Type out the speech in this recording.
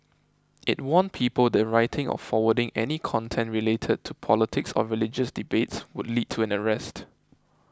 it warned people that writing or forwarding any content related to politics or religious debates would lead to an arrest